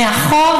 מאחור,